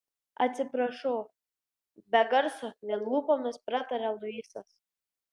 atsiprašau be garso vien lūpomis prataria luisas